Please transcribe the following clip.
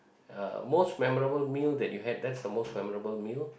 ya most memorable meal that you had that's the most memorable meal